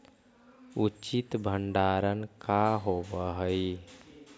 उचित भंडारण का होव हइ?